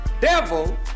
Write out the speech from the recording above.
devil